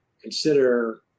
consider